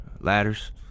ladders